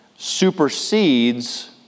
supersedes